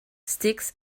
sticks